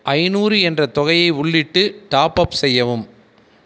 ஐந்நூறு என்ற தொகையை உள்ளிட்டு டாப்அப் செய்யவும்